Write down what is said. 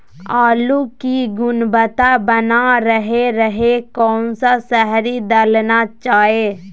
आलू की गुनबता बना रहे रहे कौन सा शहरी दलना चाये?